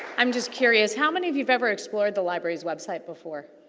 i'm just curious, how many of you've ever explored the library's website before?